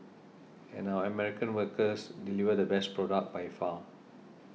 and our American workers deliver the best product by far